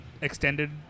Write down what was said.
extended